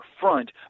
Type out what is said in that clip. front